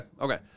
okay